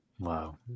Wow